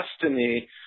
destiny